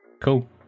cool